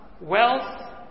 wealth